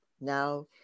Now